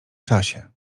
czasie